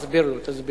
תסביר לו, תסביר לו.